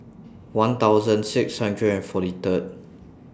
one thousand six hundred and forty Third